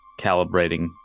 calibrating